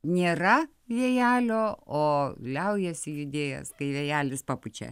nėra vėjelio o liaujasi judėjęs kai vėjelis papučia